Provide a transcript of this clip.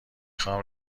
خوام